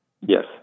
Yes